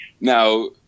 Now